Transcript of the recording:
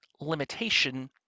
limitation